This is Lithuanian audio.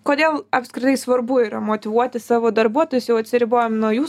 kodėl apskritai svarbu yra motyvuoti savo darbuotojus jau atsiribojom nuo jūsų